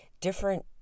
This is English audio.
different